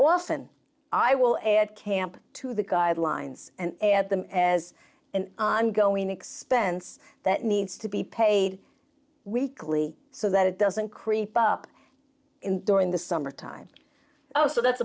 allston i will add camp to the guidelines and add them as an ongoing expense that needs to be paid weekly so that it doesn't creep up in during the summer time also that's